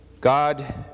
God